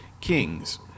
Kings